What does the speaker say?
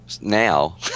now